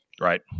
Right